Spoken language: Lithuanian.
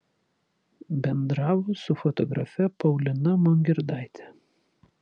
bendravo su fotografe paulina mongirdaite